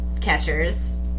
catchers